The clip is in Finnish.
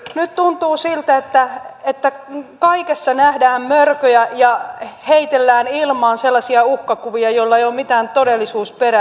nyt tuntuu siltä että kaikessa nähdään mörköjä ja heitellään ilmaan sellaisia uhkakuvia joilla ei ole mitään todellisuusperää